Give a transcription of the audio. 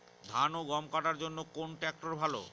ধান ও গম কাটার জন্য কোন ট্র্যাক্টর ভালো?